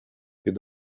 під